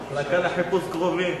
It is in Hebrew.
תפנה לחיפוש קרובים.